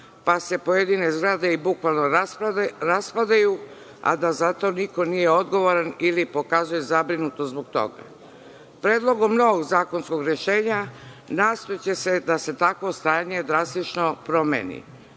pa se pojedine zgrade i bukvalno raspadaju, a da za to niko nije odgovoran, ili pokazuje zabrinutost zbog toga. Predlogom novog zakonskog rešenja nastojaće se da se takvo stanje drastično promeni.